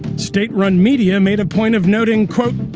state-run media made a point of noting, quote,